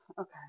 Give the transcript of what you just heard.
okay